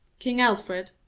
king alfred,